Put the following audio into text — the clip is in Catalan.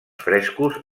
frescos